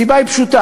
הסיבה היא פשוטה: